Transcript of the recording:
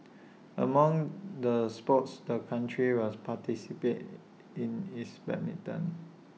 among the sports the country will participate in is badminton